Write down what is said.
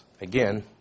Again